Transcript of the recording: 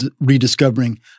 rediscovering